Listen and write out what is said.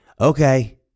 Okay